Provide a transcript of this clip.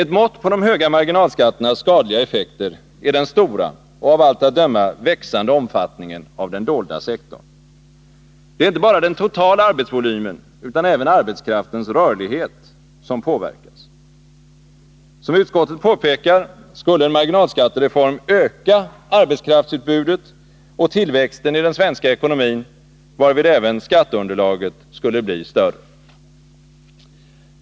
Ett mått på de höga marginalskatternas skadliga effekter är den stora och av allt att döma växande omfattningen av den dolda sektorn. Det är inte bara den totala arbetsvolymen utan även arbetskraftens rörlighet som påverkas. Som utskottet påpekar, skulle en marginalskattereform öka arbetskraftsutbudet och tillväxten i den svenska ekonomin, varvid även skatteunderlaget skulle bli större.